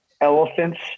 elephants